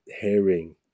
hearing